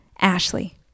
Ashley